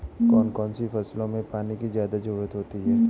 कौन कौन सी फसलों में पानी की ज्यादा ज़रुरत होती है?